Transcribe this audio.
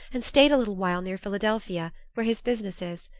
and stayed a little while near philadelphia, where his business is.